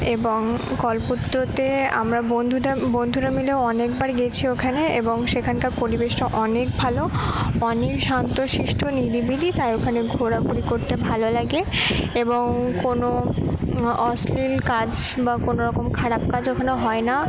এবং কল্পতরুতে আমরা বন্ধুদা বন্ধুরা মিলে অনেকবার গেছি ওখানে এবং সেখানকার পরিবেশটা অনেক ভালো অনেক শান্ত শিষ্ট নিরিবিলি তাই ওখানে ঘোরাঘুরি করতে ভালো লাগে এবং কোনো অশ্লীল কাজ বা কোনো রকম খারাপ কাজ ওখানে হয় না